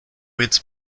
its